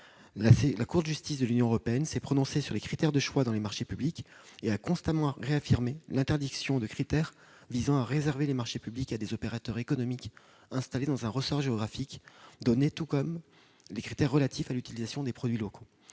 La Cour de justice de l'Union européenne s'est prononcée sur les critères de choix dans les marchés publics et a constamment réaffirmé l'interdiction des critères visant à réserver les marchés publics à des opérateurs économiques installés dans un ressort géographique donné et des critères relatifs à l'utilisation de produits locaux.